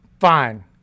Fine